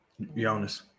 Giannis